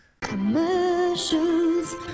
Commercials